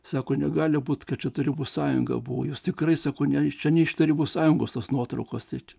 sako negali būti kad čia tarybų sąjunga buvo jūs tikrai sako ne iš čia neiš tarybų sąjungos tos nuotraukos tai čia